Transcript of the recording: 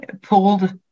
pulled